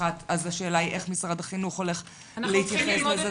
והשאלה היא איך משרד החינוך הולך להתייחס לזה.